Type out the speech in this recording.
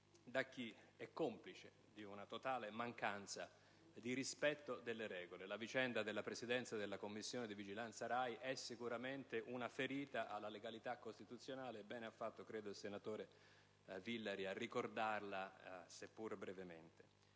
da chi è complice di una totale mancanza di rispetto delle regole. La vicenda della Presidenza della Commissione di vigilanza Rai è sicuramente una ferita alla legalità costituzionale. Credo abbia fatto bene il senatore Villari a ricordarlo, sia pure brevemente.